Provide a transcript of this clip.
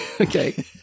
Okay